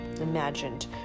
imagined